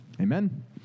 Amen